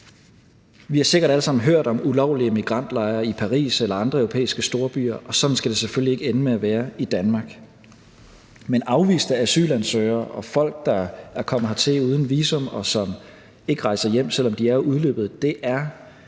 Vi har sikkert alle sammen hørt om ulovlige migrantlejre i Paris eller andre europæiske storbyer, og sådan skal det selvfølgelig ikke ende med at være i Danmark. Men afviste asylansøgere og folk, der er kommet hertil uden visum, og som ikke rejser hjem, selv om det er udløbet, er et